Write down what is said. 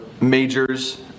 majors